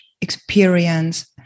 experience